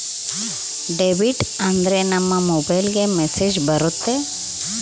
debit ಆದ್ರೆ ನಮ್ ಮೊಬೈಲ್ಗೆ ಮೆಸ್ಸೇಜ್ ಬರುತ್ತೆ